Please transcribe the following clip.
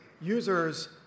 users